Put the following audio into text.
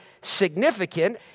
significant